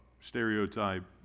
stereotype